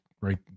right